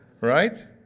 right